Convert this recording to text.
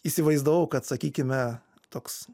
įsivaizdavau kad sakykime toks